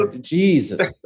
Jesus